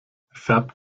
färbt